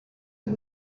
and